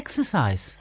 Exercise